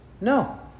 No